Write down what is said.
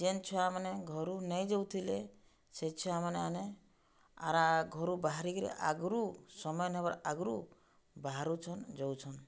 ଯେନ୍ ଛୁଆମାନେ ଘରୁ ନେଇଯାଉଥିଲେ ସେ ଛୁଆମାନେ ମାନେ ଆରା ଘରୁ ବାହାରିକିରି ଆଗ୍ରୁ ସମୟ ନେହେବାର୍ ଆଗ୍ରୁ ବାହାରୁଛନ୍ ଯାଉଛନ୍